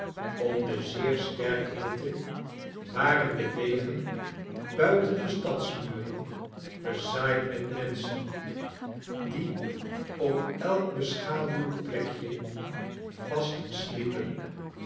namiddag om de zeer sterke hitte waren de wegen buiten de stadsmuren bezaaid met menschen die op elk beschaduwd plekje vast sliepen